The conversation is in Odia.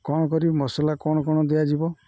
କ'ଣ କରିବି ମସଲା କ'ଣ କ'ଣ ଦିଆଯିବ